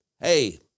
Hey